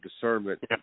discernment